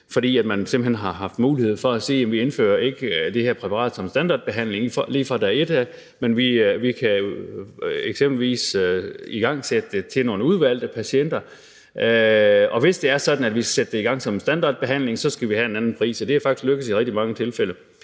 fordi man simpelt hen har haft mulighed for at sige: Vi indfører ikke det her præparat som standardbehandling fra dag et, men vi kan eksempelvis igangsætte det for nogle udvalgte patienter, og hvis det er sådan, at vi skal sætte det i gang som standardbehandling, skal vi have en anden pris. Det er faktisk lykkedes i rigtig mange tilfælde.